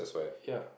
ya